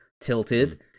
tilted